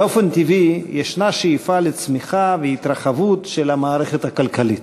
באופן טבעי יש שאיפה לצמיחה ולהתרחבות של המערכת הכלכלית.